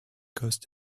cost